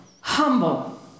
humble